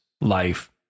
life